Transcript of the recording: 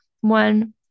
one-